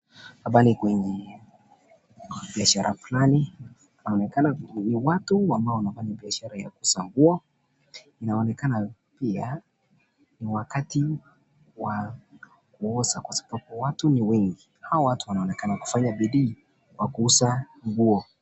Hapa ni kwenye biashara fulani. Inaonekana ni watu ambao wanafanya biashara hiyo ya kusambua. Inaonekana pia ni wakati wa kuosha kwa sababu watu ni wengi. Hawa watu wanaonekana kufanya bidii kwa kuuza nguo.